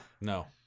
No